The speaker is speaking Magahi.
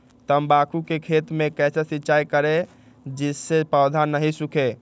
तम्बाकू के खेत मे कैसे सिंचाई करें जिस से पौधा नहीं सूखे?